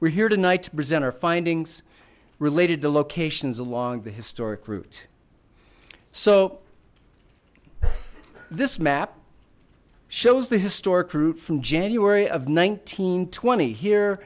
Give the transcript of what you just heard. we're here tonight to present our findings related to locations along the historic route so this map shows the historic route from january of nineteen twenty here